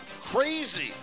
crazy